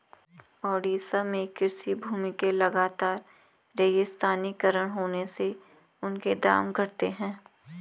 ओडिशा में कृषि भूमि के लगातर रेगिस्तानीकरण होने से उनके दाम घटे हैं